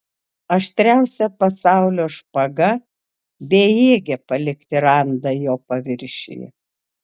aštriausia pasaulio špaga bejėgė palikti randą jo paviršiuje